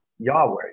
Yahweh